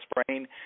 sprain